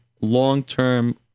long-term